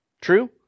True